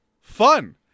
Fun